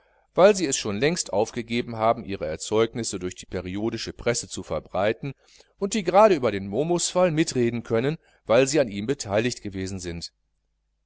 weil sie es schon längst aufgegeben haben ihre erzeugnisse durch die periodische presse zu verbreiten und die gerade über den momusfall mitreden können weil sie an ihm beteiligt gewesen sind